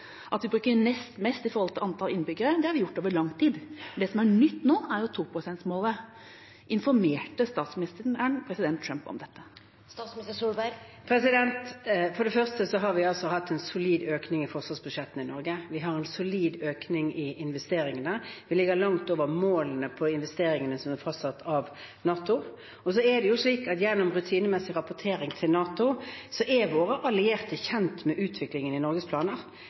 At vi bruker nest mest i forhold til antall innbyggere, er noe vi har gjort over lang tid. Det som er nytt nå, er 2-prosentmålet. Informerte statsministeren president Trump om dette? Vi har hatt en solid økning i forsvarsbudsjettene i Norge – vi har en solid økning i investeringene, vi ligger langt over målene for investeringene som er fastsatt av NATO. Gjennom rutinemessig rapportering til NATO er våre allierte kjent med utviklingen i Norges planer.